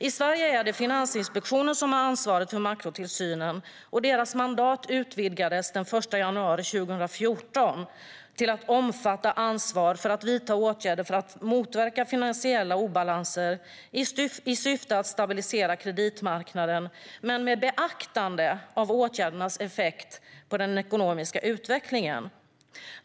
I Sverige är det Finansinspektionen som har ansvaret för makrotillsynen, och dess mandat utvidgades den 1 januari 2014 till att även omfatta ansvar att vidta åtgärder för att motverka finansiella obalanser i syfte att stabilisera kreditmarknaden - men med beaktande av åtgärdernas effekt på den ekonomiska utvecklingen.